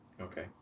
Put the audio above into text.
Okay